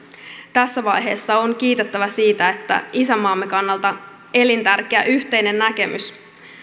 tässä vaiheessa on kiitettävä siitä että isänmaamme kannalta elintärkeä yhteinen näkemys